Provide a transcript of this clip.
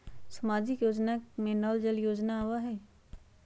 सामाजिक योजना में नल जल योजना आवहई?